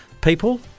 people